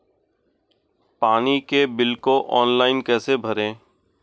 पानी के बिल को ऑनलाइन कैसे भरें?